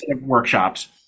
workshops